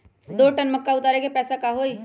दो टन मक्का उतारे के पैसा का होई?